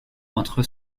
entre